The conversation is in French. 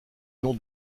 nom